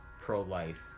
pro-life